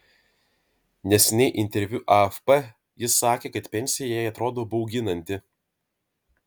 neseniai interviu afp ji sakė kad pensija jai atrodo bauginanti